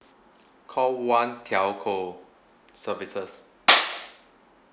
call one telco services